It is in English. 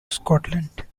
scotland